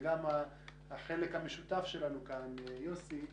וגם החלק המשותף שלנו כאן מול נציג המבקר,